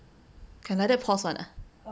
can like that pause [one] ah